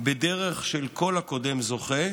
בדרך של כל הקודם זוכה,